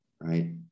right